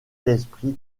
l’esprit